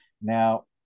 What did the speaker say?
Now